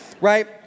right